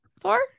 Thor